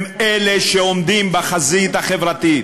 הם אלה שעומדים בחזית החברתית,